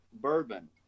bourbon